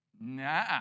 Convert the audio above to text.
Nah